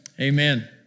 Amen